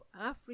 Africa